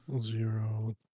Zero